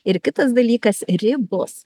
ir kitas dalykas ribos